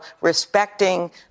respecting